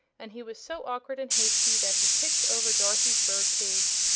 and he was so awkward and hasty that he kicked over dorothy's bird-cage,